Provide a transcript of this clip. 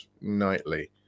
nightly